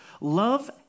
Love